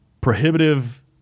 prohibitive